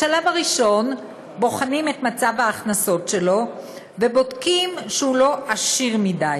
בשלב הראשון בוחנים את מצב ההכנסות שלו ובודקים אם הוא לא עשיר מדי,